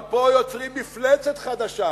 אבל פה יוצרים מפלצת חדשה.